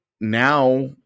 now